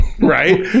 right